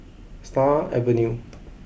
Stars Avenue